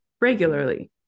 regularly